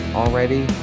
already